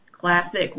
Classic